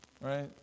Right